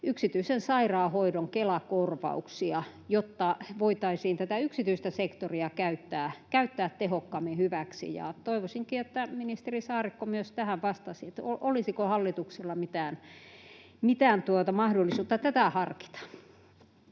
yksityisen sairaanhoidon Kela-korvauksia, jotta voitaisiin tätä yksityistä sektoria käyttää tehokkaammin hyväksi. Toivoisinkin, että ministeri Saarikko myös tähän vastaisi, olisiko hallituksella mitään mahdollisuutta tätä harkita.